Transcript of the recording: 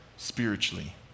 spiritually